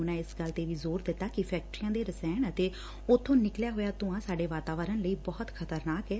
ਉਨਾਂ ਇਸ ਗੱਲ ਤੇ ਵੀ ਜ਼ੋਰ ਦਿੱਤਾ ਕਿ ਫੈਕਟਰੀਆਂ ਦੇ ਰਾਸਇਣ ਅਤੇ ਉਥੋ ਨਿਕਲਿਆ ਧੂੰਆਂ ਸਾਡੇ ਵਾਤਾਵਰਨ ਲਈ ਬਹੁਤ ਖ਼ਤਰਨਾਕ ਏ